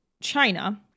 China